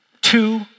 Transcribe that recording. two